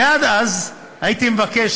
ועד אז הייתי מבקש,